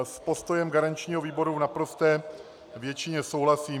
S postojem garančního výboru v naprosté většině souhlasím.